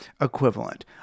equivalent